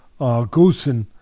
Goosen